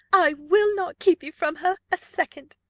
i will not keep you from her a second.